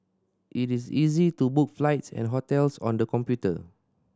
it is easy to book flights and hotels on the computer